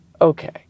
Okay